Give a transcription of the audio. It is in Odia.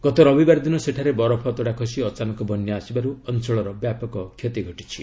ଗତ ରବିବାର ଦିନ ସେଠାରେ ବରଫ ଅତଡ଼ା ଖସି ଅଚାନକ ବନ୍ୟା ଆସିବାରୁ ଅଞ୍ଚଳର ବ୍ୟାପକ କ୍ଷୟକ୍ଷତି ଘଟିଛି